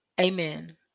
Amen